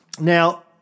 Now